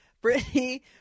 Brittany